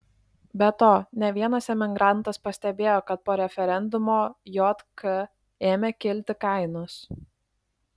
be to ne vienas emigrantas pastebėjo kad po referendumo jk ėmė kilti kainos